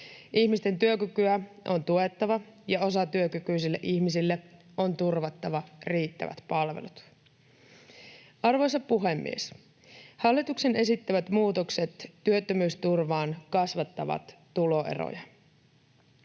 Ihmisten työkykyä on tuettava ja osatyökykyisille ihmisille on turvattava riittävät palvelut. Arvoisa puhemies! Hallituksen esittämät muutokset työttömyysturvaan kasvattavat tuloeroja.